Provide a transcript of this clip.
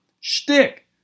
shtick